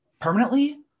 permanently